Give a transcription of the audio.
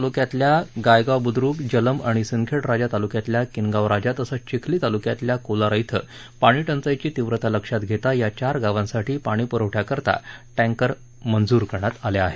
बुलडाण्यात शेगांव तालुक्यातल्या गायगांव बुद्रूक जलंब आणि सिंदखेड राजा तालुक्यातल्या किनगांव राजा तसंच चिखली तालुक्यातल्या कोलारा खिली पाणी टंचाईची तीव्रता लक्षात घेता या चार गावांसाठी पाणी पुरवठ्याकरता टँकर मंजूर करण्यात आले आहेत